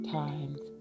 times